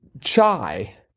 chai